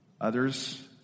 Others